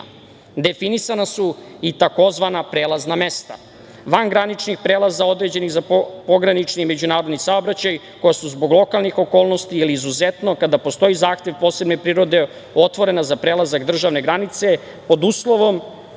režima. Definisana su i tzv. prelazna mesta, van graničnih prelaza određenih za pogranični međunarodni saobraćaj koja su zbog lokalnih sposobnosti ili izuzetno kada postoji zahtev posebne prirode otvorena za prelazak državne granice pod uslovima